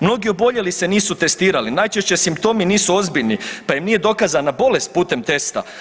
Mnogi oboljeli se nisu testirali, najčešće simptomi nisu ozbiljni pa im nije dokaza bolest putem testa.